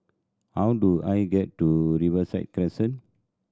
how do I get to Riverside Crescent